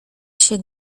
się